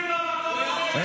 אתה לא מתאים למקום הזה.